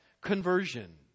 conversion